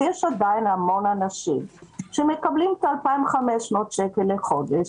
בעוד שיש עדיין המון אנשים שמקבלים 2,500 שקל לחודש,